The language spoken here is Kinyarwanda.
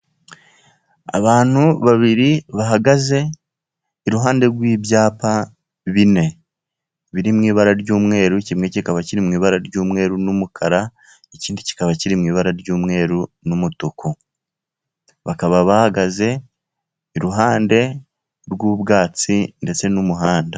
Abantu babiri bahagaze iruhande rw'ibyapa bine, birimo ibara ry'umweru kimwe kikaba kirimo ibara ry'umweru n'umukara. Ikindi kikaba kiri mu ibara ry'umweru n'umutuku, bakaba bahagaze iruhande rw'icyatsi ndetse n'umuhanda.